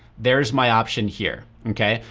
there's my option here, kay?